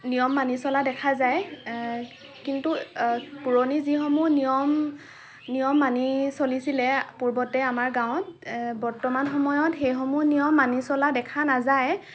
নিয়ম মানি চলা দেখা যায় কিন্তু পুৰণি যিসমূহ নিয়ম নিয়ম মানি চলিছিলে পূৰ্বতে আমাৰ গাঁওত বৰ্তমান সময়ত সেইসমূহ নিয়ম মানি চলা দেখা নাযায়